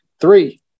Three